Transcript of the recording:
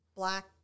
black